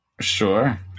sure